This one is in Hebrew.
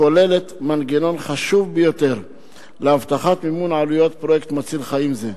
כוללת מנגנון חשוב ביותר להבטחת מימון העלויות של פרויקט מציל חיים זה.